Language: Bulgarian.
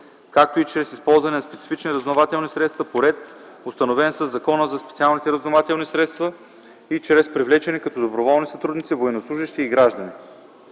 както и чрез използване на специални разузнавателни средства по ред, установен със Закона за специалните разузнавателни средства, и чрез привлечени като доброволни сътрудници военнослужещи и граждани;